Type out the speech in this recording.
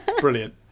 Brilliant